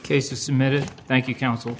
cases submitted thank you counsel